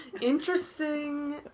Interesting